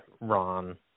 Ron –